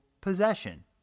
possession